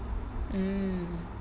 mm